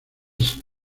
así